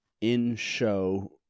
in-show